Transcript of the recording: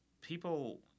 people